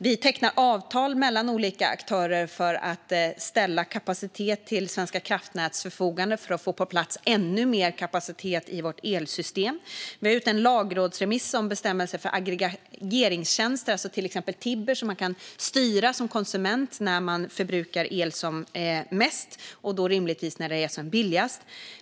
Vi tecknar avtal mellan olika aktörer för att ställa kapacitet till Svenska kraftnäts förfogande och få på plats ännu mer kapacitet i vårt elsystem. Vi har en lagrådsremiss om bestämmelser för aggregeringstjänster, till exempel Tibber, så att man som konsument kan styra när man förbrukar mest el, rimligtvis när det är som billigast.